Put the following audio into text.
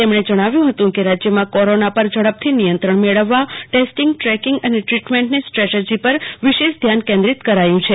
તેમને જણાવ્યું હતું કે રાજ્યમાં કોરોના પર ઝડપથી નિયંત્રણ મેળવવા ટેસ્ટીંગ ટ્રેકિંગ અને ટ્રીટમેન્ટની સ્ટ્રેટેજી પર વિશેષ ધ્યાન કેન્દ્રિત કરાયું છે